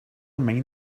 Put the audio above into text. mind